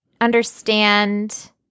understand